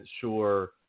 sure